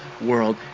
world